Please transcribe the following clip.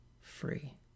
free